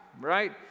right